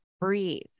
Breathe